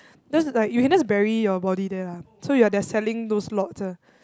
that's like you can just bury your body there lah so ya they're selling those lots ah